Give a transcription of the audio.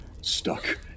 Stuck